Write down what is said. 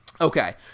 Okay